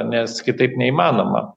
nes kitaip neįmanoma